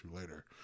later